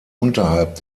unterhalb